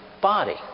body